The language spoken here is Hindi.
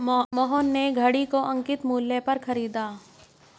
मोहन ने घड़ी को अंकित मूल्य पर खरीदा